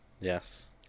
Yes